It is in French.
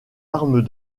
arme